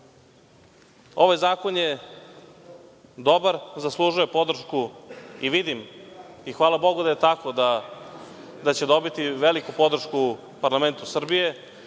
Ovaj zakon je dobar i zaslužuje podršku i vidim i hvala Bogu da je tako da će dobiti veliku podršku u parlamentu Srbije